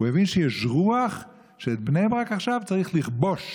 הוא הבין שיש רוח שאת בני ברק עכשיו צריך לכבוש,